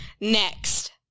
next